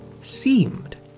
seemed